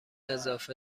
اضافه